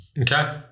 Okay